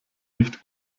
nicht